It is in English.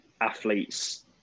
athletes